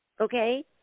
Okay